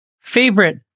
favorite